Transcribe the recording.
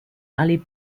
ali